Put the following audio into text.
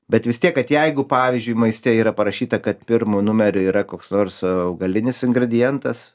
bet vis tiek kad jeigu pavyzdžiui maiste yra parašyta kad pirmu numeriu yra koks nors augalinis ingredientas